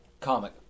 Comic